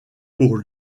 pour